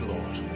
Lord